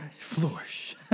flourish